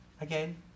again